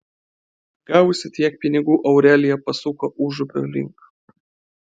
gavusi tiek pinigų aurelija pasuko užupio link